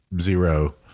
zero